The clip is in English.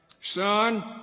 Son